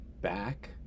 back